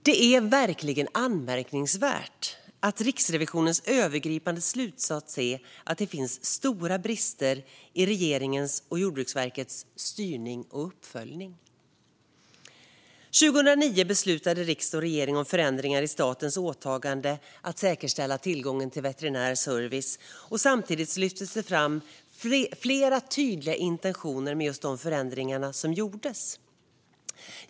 Det är verkligen anmärkningsvärt att Riksrevisionens övergripande slutsats är att det finns stora brister i regeringens och Jordbruksverkets styrning och uppföljning. År 2009 beslutade riksdag och regering om förändringar i statens åtagande när det gäller att säkerställa tillgången till veterinär service. Samtidigt lyftes flera tydliga intentioner fram med de förändringar som gjordes.